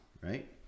right